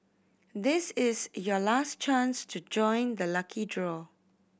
this is your last chance to join the lucky draw